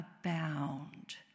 abound